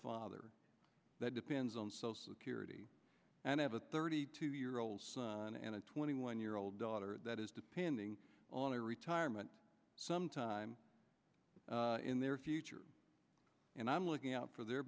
father that depends on so security and i have a thirty two year old son and a twenty one year old daughter that is depending on a retirement some time in their future and i'm looking out for their